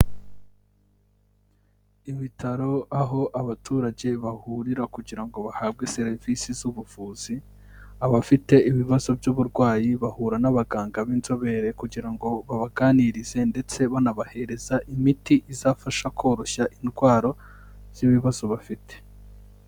Ibitaro aho abaturage bahurira kugira ngo bahabwe serivisi z'ubuvuzi. Abafite ibibazo by'uburwayi bahura n'abaganga b'inzobere kugira ngo babaganirize ndetse banabahereza imiti izafasha koroshya indwara z'ibibazo bafite.